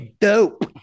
dope